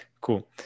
Cool